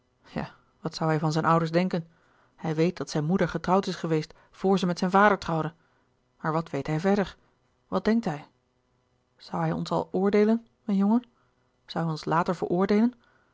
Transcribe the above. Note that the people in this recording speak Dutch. ja wat zoû hij van zijn ouders denken hij weet dat zijn moeder getrouwd is geweest voor ze met zijn vader trouwde maar wat weet hij verder wat denkt hij zoû hij ons al oordeelen mijn jongen zoû hij ons later veroordeelen